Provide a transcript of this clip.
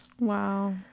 Wow